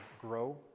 grow